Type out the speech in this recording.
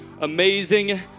amazing